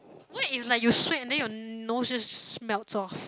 wax is like you sweat and then your nose just melts off